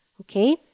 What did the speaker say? okay